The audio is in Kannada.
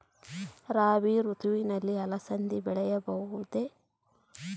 ರಾಭಿ ಋತುವಿನಲ್ಲಿ ಅಲಸಂದಿ ಬೆಳೆಯಬಹುದೆ?